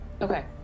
Okay